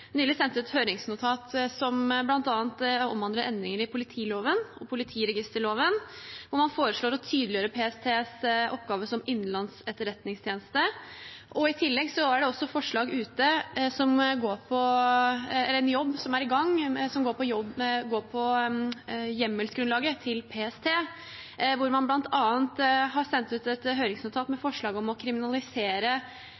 nylig sendt ut et høringsnotat som bl.a. omhandler endringer i politiloven og politiregisterloven, hvor man foreslår å tydeliggjøre PSTs oppgave som innenlands etterretningstjeneste. I tillegg er det også et forslag ute om en jobb som er i gang med hjemmelsgrunnlaget til PST, hvor man bl.a. har sendt ut et høringsnotat med